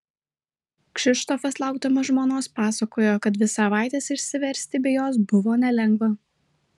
kšištofas laukdamas žmonos pasakojo kad dvi savaites išsiversti be jos buvo nelengva